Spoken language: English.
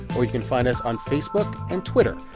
or you can find us on facebook and twitter.